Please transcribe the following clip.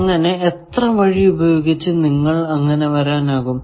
അങ്ങനെ എത്ര വഴി ഉപയോഗിച്ച് നിങ്ങൾക്കു അങ്ങനെ വരാനാകും